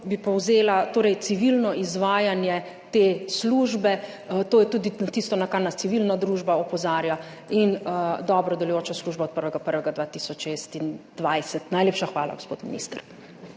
bi povzela, torej civilno izvajanje te službe, to je tudi tisto, na kar nas civilna družba opozarja, in dobro delujoča služba od 1. 1. 2026. Najlepša hvala, gospod minister.